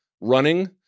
running